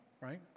right